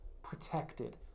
protected